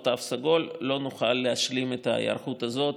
תו סגול לא נוכל להשלים את ההיערכות הזאת